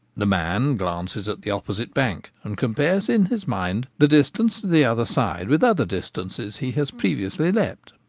the man glances at the opposite bank, and compares in his mind the distance to the other side with other distances he has previously leaped.